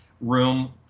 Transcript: room